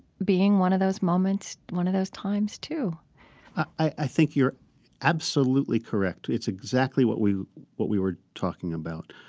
being one of those moments, one of those times too i think you're absolutely correct. it's exactly what we what we were talking about.